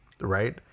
right